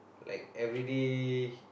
like everyday